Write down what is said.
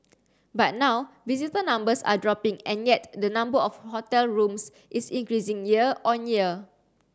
but now visitor numbers are dropping and yet the number of hotel rooms is increasing year on year